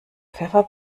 pfeffer